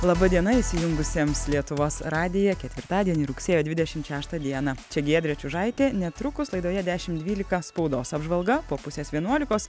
laba diena įsijungusiems lietuvos radiją ketvirtadienį rugsėjo dvidešimt šeštą dieną čia giedrė čiužaitė netrukus laidoje dešim dvylika spaudos apžvalga po pusės vienuolikos